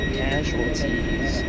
casualties